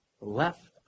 left